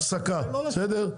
הפסקה, בסדר?